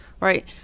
right